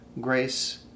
grace